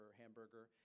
hamburger